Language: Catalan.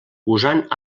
usant